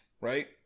right